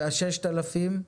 ואותם 6,000 ?